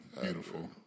beautiful